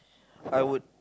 I would